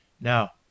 Now